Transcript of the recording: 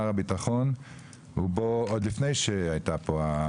שהוא ירגיש שמשרד הביטחון והצבא והממשלה והמדינה